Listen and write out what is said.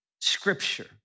scripture